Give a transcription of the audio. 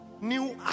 New